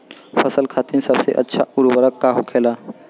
फसल खातीन सबसे अच्छा उर्वरक का होखेला?